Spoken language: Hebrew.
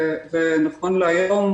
ונכון להיום,